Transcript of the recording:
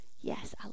Yes